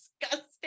disgusting